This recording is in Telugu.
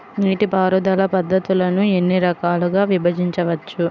నీటిపారుదల పద్ధతులను ఎన్ని రకాలుగా విభజించవచ్చు?